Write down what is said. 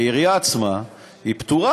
העירייה עצמה פטורה,